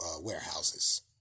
warehouses